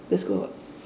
let's go